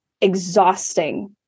exhausting